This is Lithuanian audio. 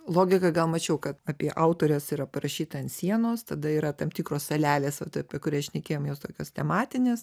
logiką gal mačiau kad apie autores yra parašyta ant sienos tada yra tam tikros salelės vat apie kurias šnekėjom jos tokios tematinės